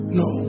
no